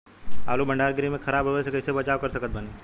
आलू भंडार गृह में खराब होवे से कइसे बचाव कर सकत बानी?